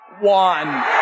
one